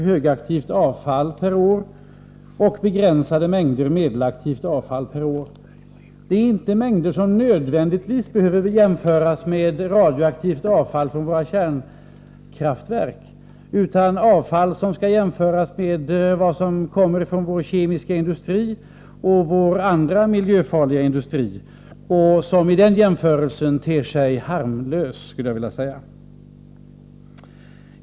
högaktivt avfall per år och begränsade mängder medelaktivt avfall. Det är inte mängder som nödvändigtvis behöver jämföras med radioaktivt avfall från våra kärnkraftverk, utan avfall som skall jämföras med vad som kommer från vår kemiska industri och annan miljöfarlig industri och som vid den jämförelsen ter sig harmlöst, skulle jag vilja säga.